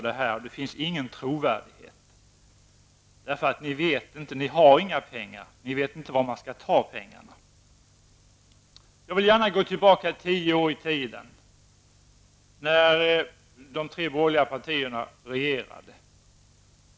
Det är inte trovärdigt -- ni har inga pengar, och ni vet inte var man skall ta pengarna. Jag vill gärna gå tio år tillbaka i tiden, till den tid då de tre borgerliga partierna regerade.